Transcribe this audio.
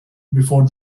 before